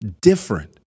different